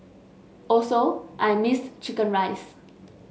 also I missed chicken rice